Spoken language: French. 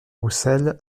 roussel